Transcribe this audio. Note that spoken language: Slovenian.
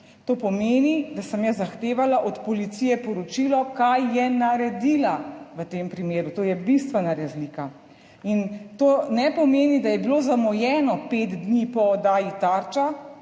To pomeni, da sem jaz zahtevala od policije poročilo, kaj je naredila v tem primeru, to je bistvena razlika in to ne pomeni, da je bilo zamujeno pet dni po oddaji Tarča,